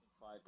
five